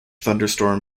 thunderstorm